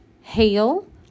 hail